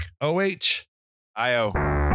O-H-I-O